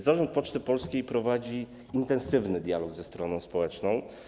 Zarząd Poczty Polskiej prowadzi intensywny dialog ze stroną społeczną.